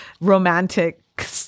romantic